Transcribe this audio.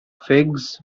figs